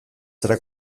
zara